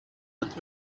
but